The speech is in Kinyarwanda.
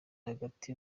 hagati